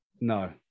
No